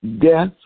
death